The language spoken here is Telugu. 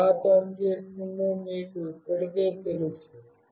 ఇది ఎలా పనిచేస్తుందో మీకు ఇప్పటికే తెలుసు